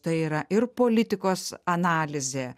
tai yra ir politikos analizė